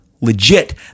legit